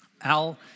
Al